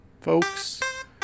folks